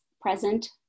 present